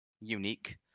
unique